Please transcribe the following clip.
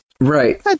Right